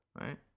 Right